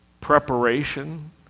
preparation